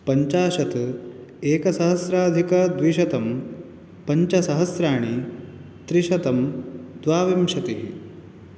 पञ्चाशत् एकसहस्राधिकद्विशतं पञ्चसहस्राणि त्रिशतं द्वाविंशतिः